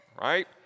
right